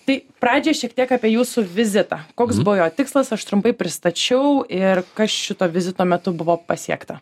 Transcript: tai pradžiai šiek tiek apie jūsų vizitą koks buvo jo tikslas aš trumpai pristačiau ir šito vizito metu buvo pasiekta